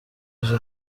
uzi